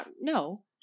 No